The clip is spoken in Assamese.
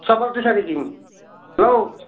চবৰটো চাই নেকি লওক